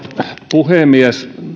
puhemies